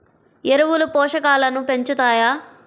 ఎరువులు పోషకాలను పెంచుతాయా?